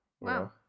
Wow